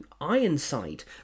Ironside